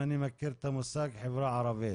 אני מכיר את המושג החברה הערבית.